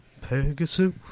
Pegasus